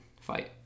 fight